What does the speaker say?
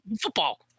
Football